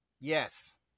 Yes